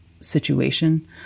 situation